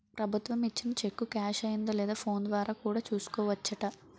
ప్రభుత్వం ఇచ్చిన cheque cash అయిందో లేదో ఫోన్ ద్వారా కూడా చూసుకోవచ్చట